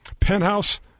penthouse